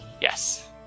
Yes